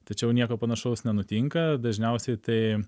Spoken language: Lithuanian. tačiau nieko panašaus nenutinka dažniausiai tai